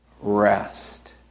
rest